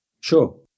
Sure